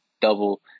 double